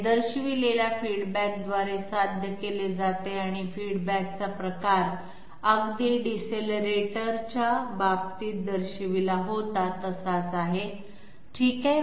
हे दर्शविलेल्या फीडबॅकद्वारे साध्य केले जाते आणि फीडबॅकचा प्रकार अगदी डिसेलेटरच्या बाबतीत दर्शविला होता तसाच आहे ठीक आहे